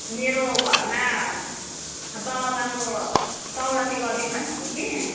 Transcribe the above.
मेरो घरमा बाउआमाको चौरासी गरिदिउँ भनेको कि